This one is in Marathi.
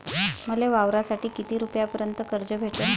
मले वावरासाठी किती रुपयापर्यंत कर्ज भेटन?